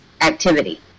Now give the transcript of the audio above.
activity